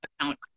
account